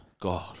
God